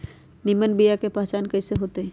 निमन बीया के पहचान कईसे होतई?